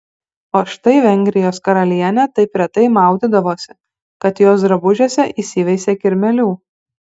o štai vengrijos karalienė taip retai maudydavosi kad jos drabužiuose įsiveisė kirmėlių